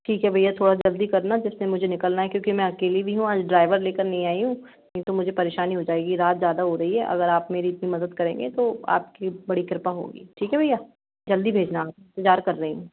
ठीक है भैया थोड़ा जल्दी करना फिर से मुझे निकलना है क्योंकि मैं अकेली भी हूँ आज ड्राइवर लेकर नहीं आई हूँ नहीं तो मुझे परेशानी हो जाएगी रात ज़्यादा हो रही है अगर आप मेरी इतनी मदद करेंगे तो आपकी बड़ी कृपा होगी ठीक है भैया जल्दी भेजना आप इंतज़ार कर रही हूँ